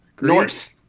Norse